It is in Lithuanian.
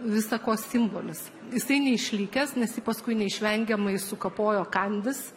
visa ko simbolis jisai neišlikęs nes jį paskui neišvengiamai sukapojo kandys